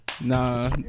Nah